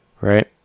right